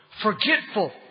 forgetful